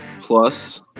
plus